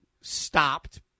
stopped